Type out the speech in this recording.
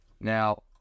now